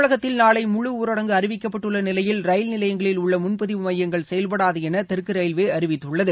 தமிழகத்தில் நாளை முழுஊரடங்கு அறிவிக்கப்பட்டுள்ள நிலையில் ரயில் நிலையங்களில் உள்ள முன்பதிவு மையங்கள் செயல்படாது என தெற்கு ரயில்வே அறிவித்துள்ளது